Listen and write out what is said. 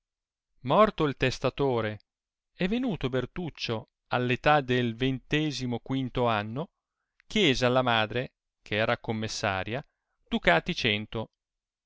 morto il testatore e venuto bertuccio all età del ventesimoquinto anno chiese alla madre che era commessaria ducati cento